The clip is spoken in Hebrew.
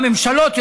הממשלות,